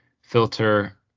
filter